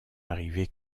arrivé